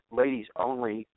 ladies-only